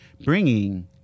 bringing